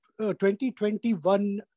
2021